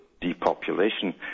depopulation